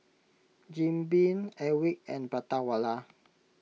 Jim Beam Airwick and Prata Wala